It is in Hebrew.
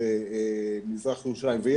אוקיי,